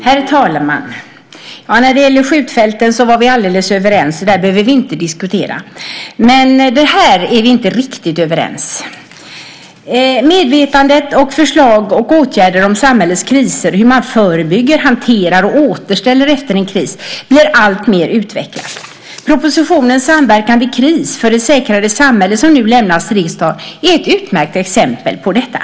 Herr talman! När det gäller skjutfälten var vi alldeles överens, så där behöver vi inte diskutera, men här är vi inte riktigt överens. Medvetande, förslag och åtgärder om samhällets kriser samt hur man förebygger, hanterar och återställer efter en kris blir alltmer utvecklat. Propositionen Samverkan vid kris - för ett säkrare samhälle som nu lämnats till riksdagen är ett utmärkt exempel på detta.